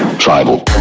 Tribal